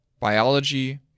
biology